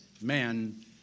man